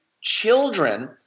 children